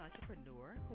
entrepreneur